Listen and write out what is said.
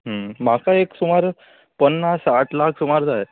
म्हाका एक सुमार पन्नास साठ लाख सुमार जाय